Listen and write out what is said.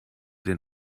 den